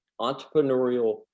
entrepreneurial